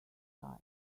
guy